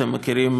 אתם מכירים